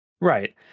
Right